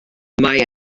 mae